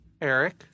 Eric